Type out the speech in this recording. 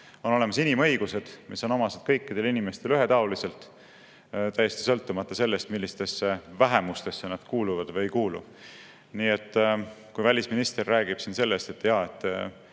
On olemas inimõigused, mis on omased kõikidele inimestele ühetaoliselt, täiesti sõltumata sellest, millistesse vähemustesse nad kuuluvad või ei kuulu. Nii et kui välisminister räägib siin sellest, et Eesti